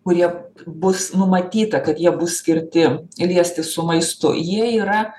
kurie bus numatyta kad jie bus skirti liestis su maistu jie yra